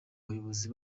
bayobozi